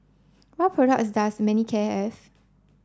what products does Manicare have